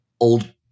old